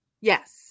Yes